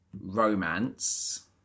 romance